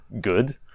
good